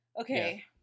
Okay